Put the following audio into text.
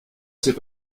c’est